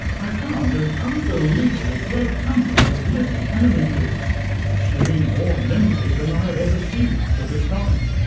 i found an unbelievably great company of living animalcules swimming more nimbly than i had ever seen up to this time.